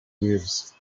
waves